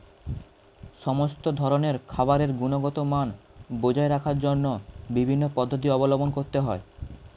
সমস্ত ধরনের খাবারের গুণগত মান বজায় রাখার জন্য বিভিন্ন পদ্ধতি অবলম্বন করতে হয়